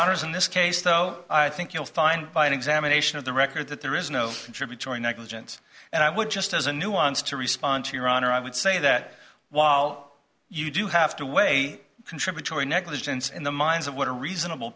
honour's in this case though i think you'll find by examination of the record that there is no contributory negligence and i would just as a nuance to respond to your honor i would say that while you do have to weigh contributory negligence in the minds of what a reasonable